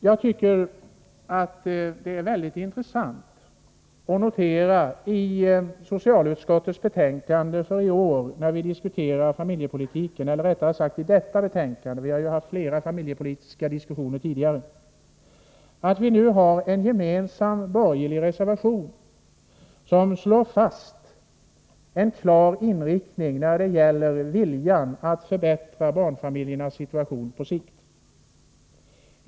Jag tycker att det är mycket intressant att notera att vi i detta betänkande, när vi denna gång diskuterar familjepolitiken — vi har haft flera familjepolitiska diskussioner tidigare — har en gemensam borgerlig reservation som slår fast en klar inriktning när det gäller viljan att förbättra barnfamiljernas situation på sikt.